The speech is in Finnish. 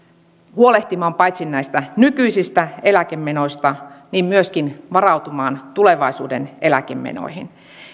huolehtimaan näistä nykyisistä eläkemenoista myöskin varautumaan tulevaisuuden eläkemenoihin